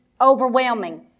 overwhelming